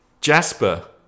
Jasper